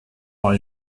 are